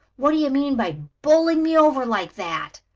what do you mean by bowling me over like that?